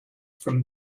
from